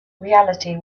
reality